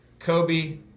Kobe